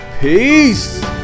Peace